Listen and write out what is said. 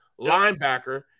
linebacker